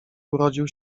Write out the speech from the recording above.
urodził